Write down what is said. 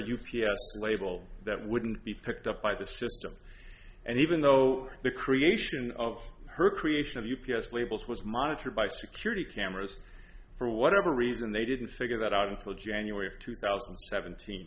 s label that wouldn't be picked up by the system and even though the creation of her creation of u p s labels was monitored by security cameras for whatever reason they didn't figure that out until january of two thousand and seventeen